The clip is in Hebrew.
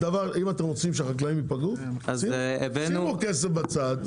אם אתם רוצים שהחקלאים לא ייפגעו שימו כסף בצד.